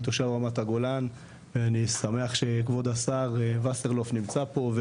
אני תושב רמת הגולן ואני שמח שכבוד השר וסרלאוף נמצא פה,